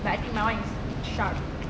but I think my [one] is sharp